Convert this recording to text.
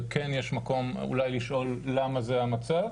וכן יש מקום אולי לשאול למה זה המצב.